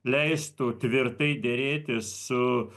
leistų tvirtai derėtis su